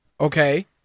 Okay